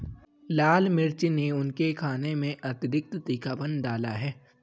लाल मिर्च ने उनके खाने में अतिरिक्त तीखापन डाला है